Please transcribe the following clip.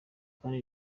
kandi